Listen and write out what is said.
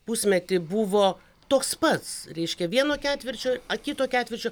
pusmetį buvo toks pats reiškia vieno ketvirčio a kito ketvirčio